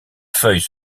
feuilles